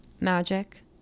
magic